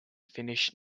finnish